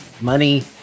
Money